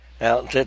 Now